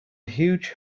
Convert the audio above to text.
huge